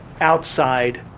outside